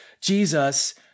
Jesus